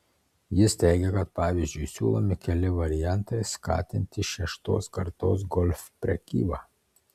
jis teigia kad pavyzdžiui siūlomi keli variantai skatinti šeštos kartos golf prekybą